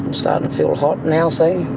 i'm starting to feel hot now, see?